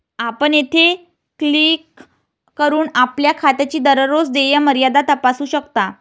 आपण येथे क्लिक करून आपल्या खात्याची दररोज देय मर्यादा तपासू शकता